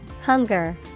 Hunger